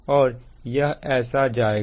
और यह ऐसा जाएगा